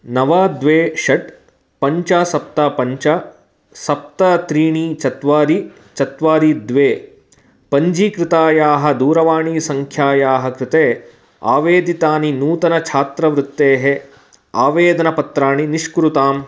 नव द्वे षट् पञ्च सप्त पञ्च सप्त त्रीणि चत्वारि चत्वारि द्वे पञ्जीकृतायाः दूरवाणीसङ्ख्यायाः कृते आवेदितानि नूतनछात्रवृत्तेः आवेदनपत्राणि निष्कुरुताम्